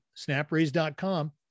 SnapRaise.com